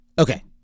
Okay